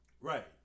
Right